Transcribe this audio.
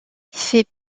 fait